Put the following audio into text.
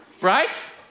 Right